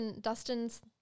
Dustin's